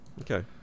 Okay